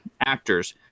actors